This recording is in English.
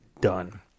done